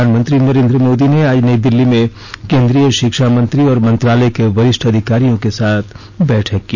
प्रधानमंत्री नरेन्द्र मोदी ने आज नई दिल्ली में केन्द्रीय शिक्षा मंत्री और मंत्रालय के वरिष्ठ अधिकारियों के साथ बैठक की